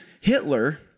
Hitler